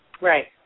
right